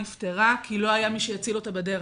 נפטרה כי לא היה מי שיציל אותה בדרך.